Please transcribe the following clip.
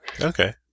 Okay